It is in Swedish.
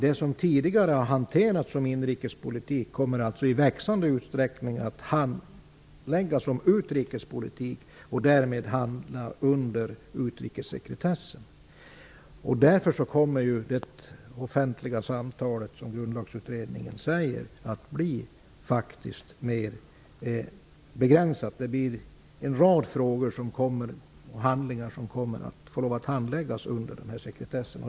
Det som tidigare hanterats som inrikespolitik kommer nämligen i växande utsträckning att handläggas som utrikespolitik. Därmed hamnar det under utrikessekretessen. Det offentliga samtalet kommer, precis som Grundlagsutredningen säger, att bli mer begränsat. En rad frågor och handlingar kommer att handläggas med sekretess.